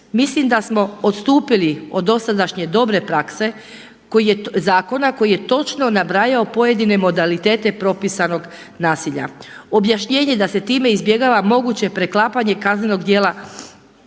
Mislim da smo odstupili od dosadašnje dobre prakse zakona koji je točno nabrajao pojedine modalitete propisanog nasilja. Objašnjenje da se time izbjegava moguće preklapanje kaznenog dijela